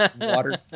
Water